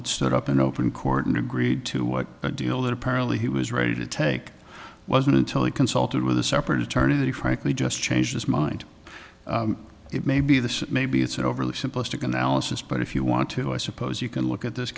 stood up in open court and agreed to what deal that apparently he was ready to take wasn't until he consulted with a separate eternity frankly just changed his mind it may be this maybe it's an overly simplistic analysis but if you want to i suppose you can look at this